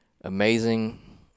amazing